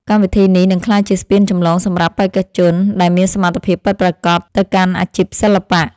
កម្មវិធីនេះនឹងក្លាយជាស្ពានចម្លងសម្រាប់បេក្ខជនដែលមានសមត្ថភាពពិតប្រាកដទៅកាន់អាជីពសិល្បៈ។